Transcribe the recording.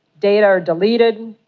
data are deleted,